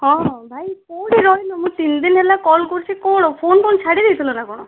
ହଁ ଭାଇ କେଉଁଠି ରହିଲୁ ମୁଁ ତିନି ଦିନ ହେଲା କଲ୍ କରୁଛି କ'ଣ ଫୋନ କ'ଣ ଛାଡ଼ିଦେଇଥିଲ ନା କ'ଣ